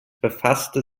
befasste